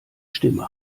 stimme